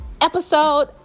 episode